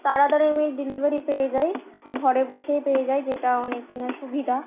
তাড়াতাড়ি আমি ডেলিভারি পেয়ে যাই ঘরে বসেই পেয়ে যাই যেটা অনেক কিনা সুবিধা